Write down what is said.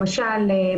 למשל,